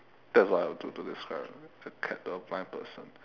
that's what I will do to describe a cat to a blind person